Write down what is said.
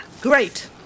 Great